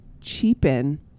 cheapen